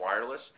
wireless